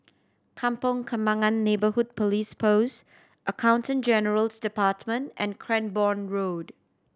Kampong Kembangan Neighbourhood Police Post Accountant General's Department and Cranborne Road